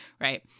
right